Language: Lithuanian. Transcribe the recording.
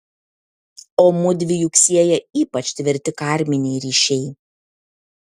o mudvi juk sieja ypač tvirti karminiai ryšiai